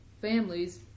families